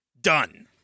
Done